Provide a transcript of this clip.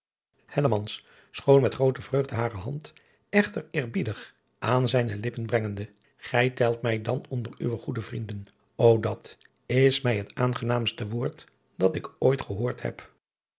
schoon met groote vreugde hare hand echter eerbiedig aanzijne lippen brengende gij telt mij dan onder uwe goede vrienden o dat is mij het aangenaamste woord dat ik ooit gehoord heb